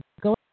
go